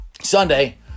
Sunday